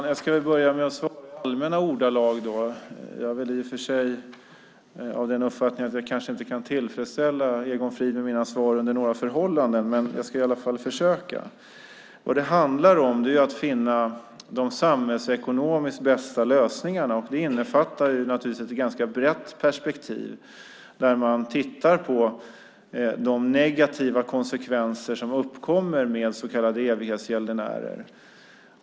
Fru talman! Jag börjar med att svara i allmänna ordalag. I och för sig är jag väl av uppfattningen att jag inte under några förhållanden kan tillfredsställa Egon Frid med mina svar. Jag ska i alla fall göra ett försök. Vad det handlar om är att finna de samhällsekonomiskt bästa lösningarna. Naturligtvis innefattas ett ganska brett perspektiv när man tittar på de negativa konsekvenser som uppkommer med så kallade evighetsgäldenärer.